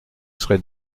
serai